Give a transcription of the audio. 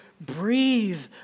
breathe